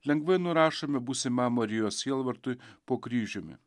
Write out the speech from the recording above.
lengvai nurašome būsimam marijos sielvartui po kryžiumi